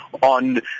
on